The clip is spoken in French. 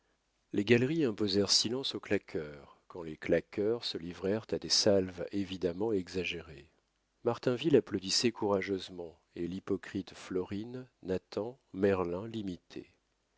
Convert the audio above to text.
les galeries imposèrent silence aux claqueurs quand les claqueurs se livrèrent à des salves évidemment exagérées martinville applaudissait courageusement et l'hypocrite florine nathan merlin l'imitaient